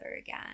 again